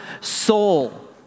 soul